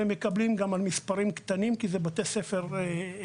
והם מקבלים אבטחה גם במספרים נמוכים יותר בגלל שמדובר בבתי ספר קטנים.